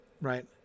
right